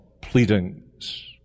pleadings